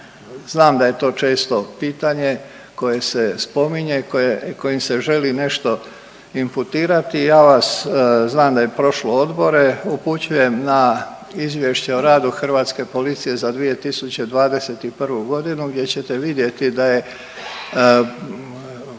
Znam da je to često pitanje koje se spominje, kojim se želi nešto imputirati. Ja vas znam da je prošlo odbore, upućujem na Izvješće o radu hrvatske policije za 2021. g. gdje ćete vidjeti da je